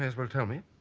as well tell me